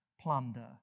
plunder